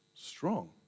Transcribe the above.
Strong